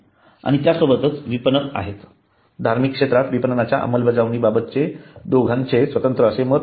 आणि त्यासोबतच विपणक आहेत धार्मिक क्षेत्रात विपणनाच्या अंमलबजावणीबाबत दोघांचे स्वतःचे असे मत आहे